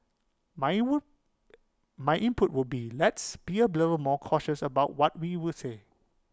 my in would my input would be let's be A below more cautious about what we will say